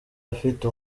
afite